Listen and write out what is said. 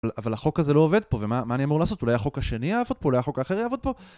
אבל החוק הזה לא עובד פה, ומה אני אמור לעשות? אולי החוק השני יעבוד פה, אולי החוק האחר יעבוד פה?